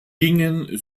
gingen